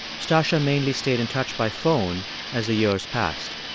stacya mainly stayed in touch by phone as the years passed.